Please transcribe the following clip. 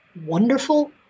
Wonderful